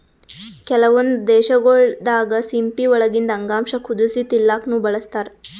ಕೆಲವೊಂದ್ ದೇಶಗೊಳ್ ದಾಗಾ ಸಿಂಪಿ ಒಳಗಿಂದ್ ಅಂಗಾಂಶ ಕುದಸಿ ತಿಲ್ಲಾಕ್ನು ಬಳಸ್ತಾರ್